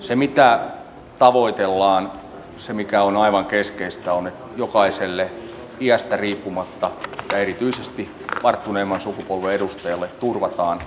se mitä tavoitellaan se mikä on aivan keskeistä on että jokaiselle iästä riippumatta ja erityisesti varttuneemman sukupolven edustajalle turvataan arvokas vanhuus